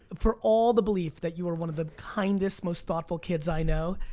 for all the belief that you are one of the kindest, most thoughtful kids i know,